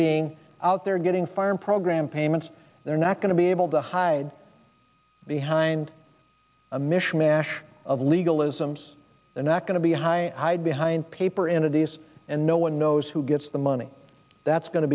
being out there getting fired program payments they're not going to be able to hide behind a mishmash of legalisms they're not going to be a high hide behind paper in a daze and no one knows who gets the money that's going to